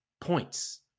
points